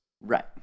Right